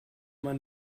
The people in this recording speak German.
man